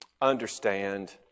understand